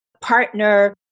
partner